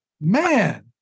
Man